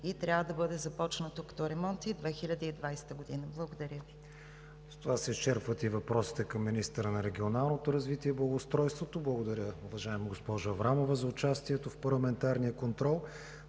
и трябва да бъде започнато като ремонти 2020 г. Благодаря Ви. ПРЕДСЕДАТЕЛ КРИСТИАН ВИГЕНИН: С това се изчерпват въпросите към министъра на регионалното развитие и благоустройството. Благодаря, уважаема госпожо Аврамова, за участието в парламентарния контрол.